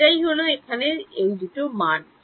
এটাই হলো এখানে ওই দুটো মান